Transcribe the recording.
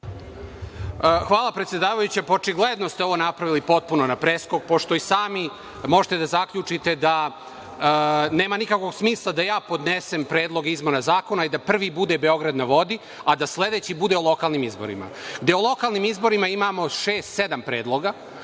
Hvala, predsedavajuća. Očigledno ste ovo napravili potpuno na preskok, pošto i sami možete da zaključite da nema nikakvog smisla da ja podnesem predlog izmena zakona, i da prvi bude „Beograd na vodi“, a da sledeći bude o lokalnim izborima, gde o lokalnim izborima imamo šest, sedam predloga,